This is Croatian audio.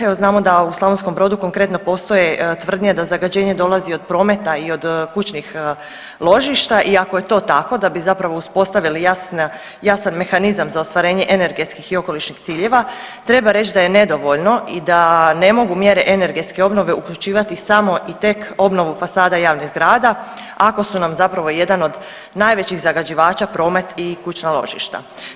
Evo znamo da u Slavonskom Brodu konkretno postoje tvrdnje da zagađenje dolazi od prometa i od kućnih ložišta i ako je to tako da bi zapravo uspostavili jasan mehanizam za ostvarivanje energetskih i okolišnih ciljeva treba reć da je nedovoljno i da ne mogu mjere energetske obnove uključivati samo i tek obnovu fasada javnih zgrada ako su nam zapravo jedan od najvećih zagađivača promet i kućna ložišta.